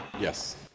Yes